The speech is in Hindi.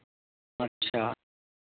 अच्छा